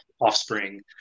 offspring